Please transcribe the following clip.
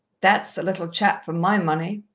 that's the little chap for my money.